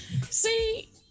See